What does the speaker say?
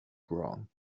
braun